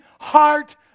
heart